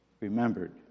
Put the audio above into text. remembered